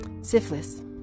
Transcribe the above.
syphilis